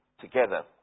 together